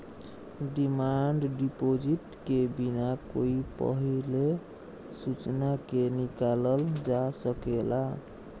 demand deposit के बिना कोई पहिले सूचना के निकालल जा सकेला